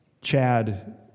Chad